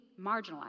marginalized